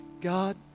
God